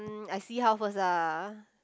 mm I see how first ah